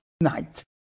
night